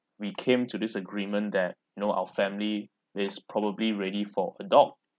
we came to this agreement that you know our family is probably ready for a dog